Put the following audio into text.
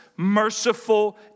Merciful